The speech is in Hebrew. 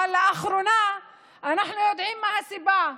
אבל לאחרונה אנחנו יודעים מה הסיבה,